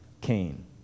Cain